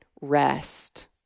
rest